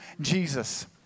Jesus